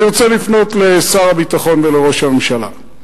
אני רוצה לפנות לשר הביטחון ולראש הממשלה.